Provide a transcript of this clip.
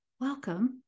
welcome